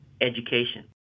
education